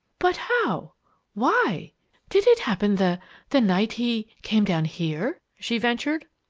but how why did it happen the the night he came down here? she ventured.